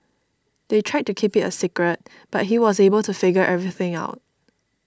they tried to keep it a secret but he was able to figure everything out